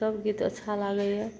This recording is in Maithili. सब गीत अच्छा लागैए